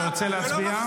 אתה רוצה להצביע?